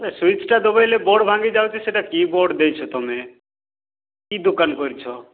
ଏ ସୁଇଚ୍ଟା ଦବାଇଲେ ବୋର୍ଡ଼ ଭାଙ୍ଗି ଯାଉଛି ସେଇଟା କି ବୋର୍ଡ଼ ଦେଇଛ ତୁମେ କି ଦୋକାନ କରିଛ